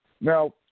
Now